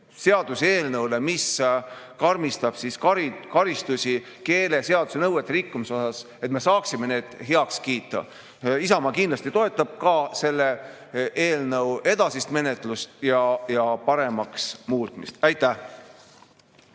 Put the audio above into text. seaduseelnõu, mis karmistab karistusi keeleseaduse nõuete rikkumise eest, heaks kiita. Isamaa kindlasti toetab ka selle eelnõu edasist menetlust ja paremaks muutmist. Aitäh!